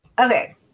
Okay